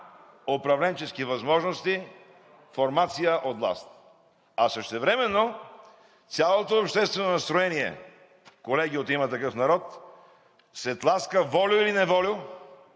управленчески възможности формация от власт. А същевременно цялото обществено настроение, колеги от „Има такъв народ“, се тласка волю или неволю